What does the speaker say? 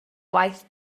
waith